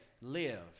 Live